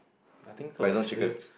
I think so actually